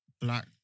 black